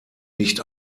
nicht